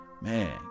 Man